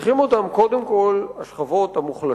צריכות אותם קודם כול השכבות המוחלשות,